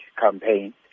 campaign